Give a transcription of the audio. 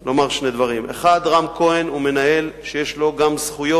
אני רוצה לומר שני דברים: 1. רם כהן הוא מנהל שיש לו גם זכויות